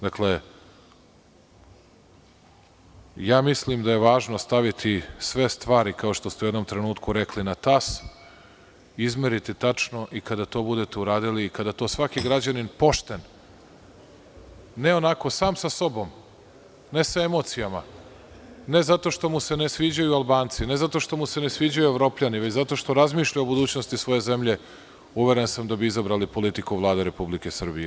Dakle, mislim da je važno staviti sve stvari, kao što ste u jednom trenutku rekli, na tas, izmeriti tačno, i kada to budete uradili i kada to svaki građanin pošten, ne onako sam sa sobom, ne sa emocijama, ne zato što mu se ne sviđaju Albanci, ne zato što mu se ne sviđaju Evropljani, već zato što razmišlja o budućnosti svoje zemlje, uveren sam da bi izabrali politiku Vlade Republike Srbije.